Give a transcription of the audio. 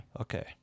Okay